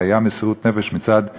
והייתה מסירות נפש מצד חיילים,